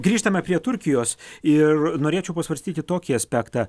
grįžtame prie turkijos ir norėčiau pasvarstyti tokį aspektą